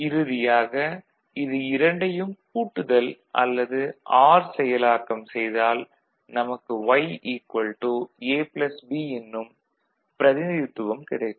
இறுதியாக இது இரண்டையும் கூட்டுதல் அல்லது ஆர் செயலாக்கம் செய்தால் நமக்கு Y A B எனும் பிரதிநிதித்துவம் கிடைக்கும்